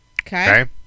Okay